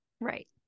Right